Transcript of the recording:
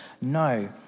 no